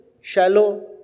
shallow